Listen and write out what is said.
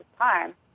time